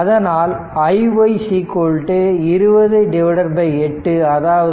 அதனால் iy 20 8 அதாவது 2